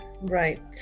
right